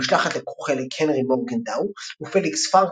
במשלחת לקחו חלק הנרי מורגנטאו ופליקס פרנקפורטר,